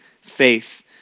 faith